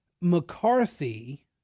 McCarthy